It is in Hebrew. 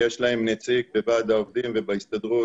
ויש להם נציג בוועד העובדים ובהסתדרות,